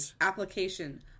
application